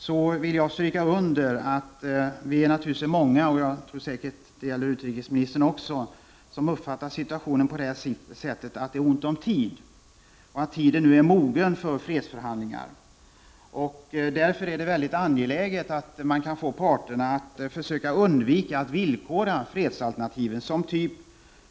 Jag vill stryka under att vi är många — jag tror säkert att det gäller utrikesministern också — som uppfattar situationen som att det är ont om tid och att tiden nu är mogen för fredsförhandlingar. Därför är det angeläget att man kan få parterna att undvika att villkora fredsförhandlingarna.